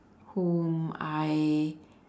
whom I